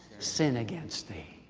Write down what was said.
sin against thee.